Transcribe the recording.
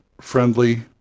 friendly